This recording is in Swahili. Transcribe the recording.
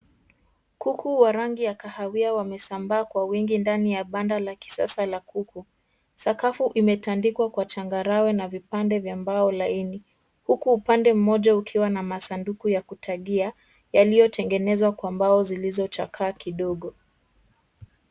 Kuku wa rangi ya kahawia wamesambaa kwa wingi ndani ya banda la kisasa la kuku. Sakafu imetandikwa kwa changarawe na vipande vya mbao laini uku upande mmoja ukiwa na masanduku ya kutagia yaliyotegenezwa kwa mbao zilizochakaa kidogo.